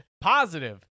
positive